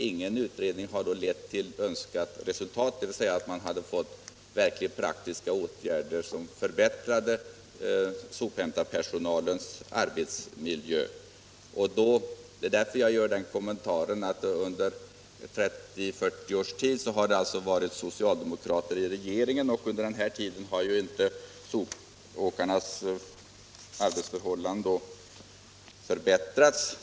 Ingen utredning har lett till önskat resultat, dvs. verkligt praktiska åtgärder som förbättrade sophämtningspersonalens arbetsmiljö. Det är därför jag gjort kommentaren att det under 40 års tid har varit socialdemokrater i regeringen och att under denna tid sopåkarnas arbetsförhållanden inte har förbättrats.